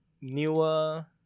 newer